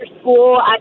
school